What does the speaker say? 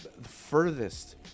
furthest